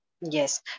Yes